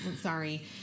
Sorry